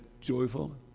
joyful